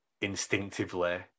instinctively